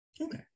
okay